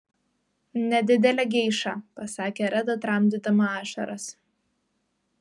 nedidelę geišą pasakė reda tramdydama ašaras